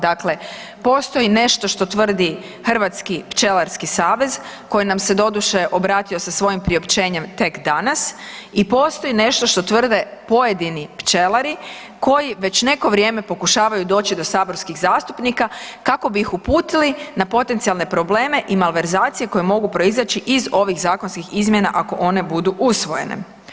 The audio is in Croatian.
Dakle, postoji nešto što tvrdi Hrvatski pčelarski savez koji nam se doduše obratio sa svojim priopćenjem tek danas, i postoji nešto što tvrde pojedini pčelari koji već neko vrijeme pokušavaju doći do saborskih zastupnika kako bi ih uputili na potencijalne probleme i malverzacije koje mogu proizaći iz ovih zakonskih izmjena ako one budu usvojene.